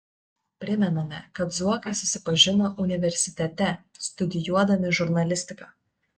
primename kad zuokai susipažino universitete studijuodami žurnalistiką